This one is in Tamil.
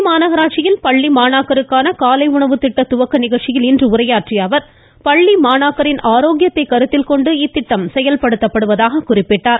சென்னை மாநகராட்சியில் பள்ளி மாணாக்கருக்கான காலை உணவு திட்ட துவக்க நிகழ்ச்சியில் இன்று உரையாற்றிய அவர் பள்ளி மாணாக்கரின் ஆரோக்கியத்தை கருத்தில் கொண்டு இந்த திட்டம் செயல்படுத்தப்படுவதாக குறிப்பிட்டார்